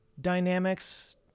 dynamics